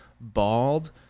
bald